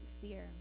fear